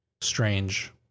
strange